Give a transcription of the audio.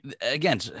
Again